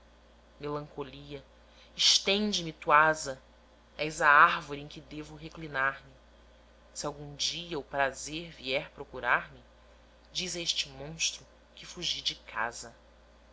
noite brasileira melancolia estende me tuasa és a árvore em que evo reclinar me se algum dia o prazer vier procurar-me dize a este monstro que fugi de casa